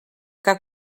que